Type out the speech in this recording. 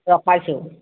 ৰখাইছোঁ